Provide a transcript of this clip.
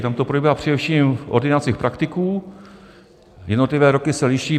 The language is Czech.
Tam to probíhá především v ordinacích praktiků, jednotlivé roky se liší.